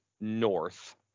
north